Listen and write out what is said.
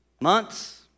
Months